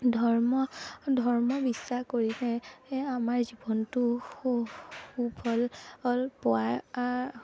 ধৰ্ম ধৰ্ম বিশ্বাস কৰিলে এ আমাৰ জীৱনটো সু সুফল অল পোৱা আ